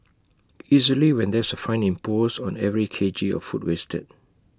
easily when there's A fine imposed on every K G of food wasted